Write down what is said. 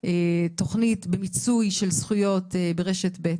תכנית במיצוי של זכויות ברשת ב',